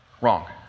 Wrong